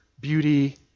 beauty